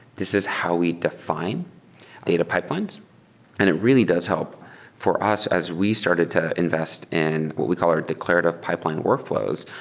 this is how we define data pipelines and it really does help for us as we started to invest in what we call our declarative pipeline workflows,